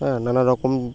হ্যাঁ নানা রকম